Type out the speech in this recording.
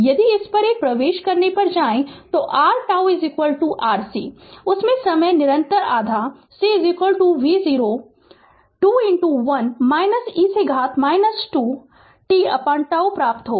यदि इस पर प्रवेश करने पर r τ RC उससे समय निरंतर आधा C v0 2 1 e से घात 2 tτ प्राप्त होगा